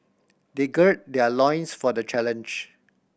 they gird their loins for the challenge